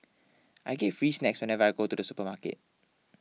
I get free snacks whenever I go to the supermarket